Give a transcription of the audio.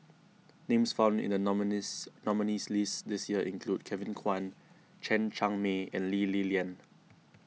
names found in the nominees nominees' list this year include Kevin Kwan Chen Cheng Mei and Lee Li Lian